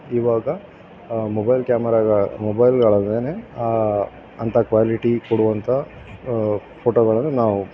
ಇವಾಗ mobile camera ಮೊಬೈಲ್ಗಳಲ್ಲೇ ಅಂಥ ಕ್ವಾಲಿಟಿ ಕೊಡುವಂಥ ಫೋಟೋಗಳನ್ನು ನಾವು